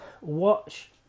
watch